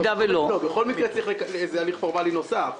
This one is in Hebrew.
צריך בכל מקרה איזה הליך פורמאלי נוסף,